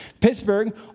Pittsburgh